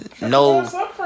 no